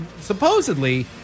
supposedly